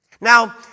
Now